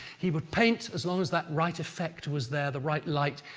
he'd but paint as long as that right effect was there, the right light.